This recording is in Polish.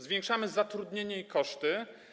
Zwiększamy zatrudnienie i koszty.